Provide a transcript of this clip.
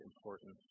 important